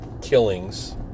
killings